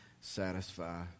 satisfy